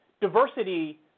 diversity